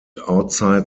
outside